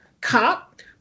cop